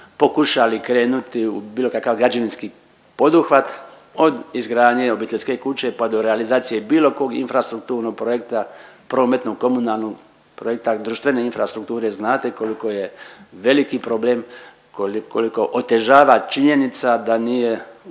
pokušali krenuti u bilo kakav građevinski poduhvat od izgradnje obiteljske kuće, pa do realizacije bilo kog infrastrukturnog projekta prometnog, komunalnog projekta, društvene infrastrukture znate koliko je velik problem, koliko otežava činjenica da nije